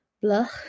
blah